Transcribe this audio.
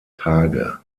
tage